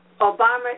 Obama